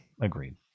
agreed